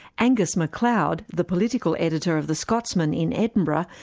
angus mcleod, the political editor of the scotsman in edinburgh,